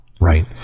Right